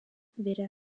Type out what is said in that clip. weder